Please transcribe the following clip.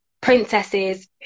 princesses